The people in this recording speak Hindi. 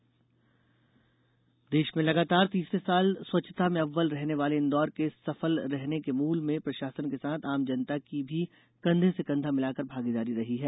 शिविर देश में लगातार तीसरे साल स्वच्छता में अव्वल रहने वाले इंदौर के सफल रहने के मूल में प्रशासन के साथ आम जनता की भी कंधे से कंधा मिलाकर भागीदारी रही है